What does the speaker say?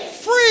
free